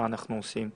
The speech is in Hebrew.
מה אנחנו עושים?